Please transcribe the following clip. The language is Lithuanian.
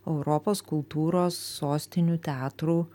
europos kultūros sostinių teatrų